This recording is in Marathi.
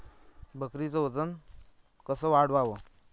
बकरीचं वजन कस वाढवाव?